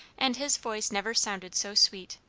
and his voice never sounded so sweet.